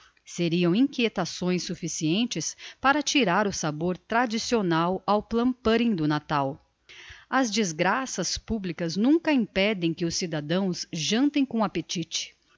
agraria seriam inquietações sufficientes para tirar o sabor tradicional ao plum pudding do natal as desgraças publicas nunca impedem que os cidadãos jantem com appetite